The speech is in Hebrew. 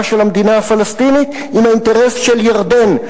של המדינה הפלסטינית עם האינטרס של ירדן,